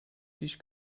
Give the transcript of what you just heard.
sich